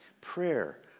Prayer